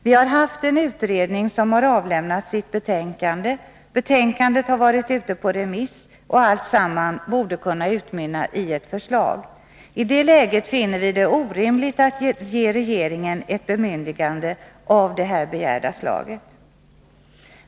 Vi har haft en utredning som avlämnat sitt betänkande, betänkandet har varit ute på remiss och alltsamman borde kunna utmynna i ett förslag. I det läget finner vi det orimligt att ge regeringen ett bemyndigande av det begärda slaget.